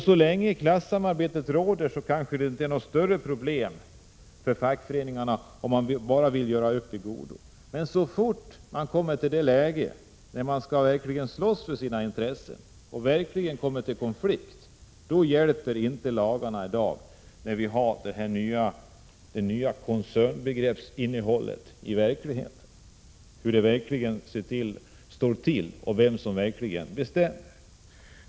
Så länge klassamarbetet råder är problemen kanske inte så stora för fackföreningarna, om de bara vill göra upp i godo. Men så snart man kommer till en konflikt och verkligen skall slåss för sina intressen visar det sig att dagens lagar inte hjälper mot de nya koncernbildningarna. Det är svårt att veta hur situationen är och vem som i själva verket bestämmer.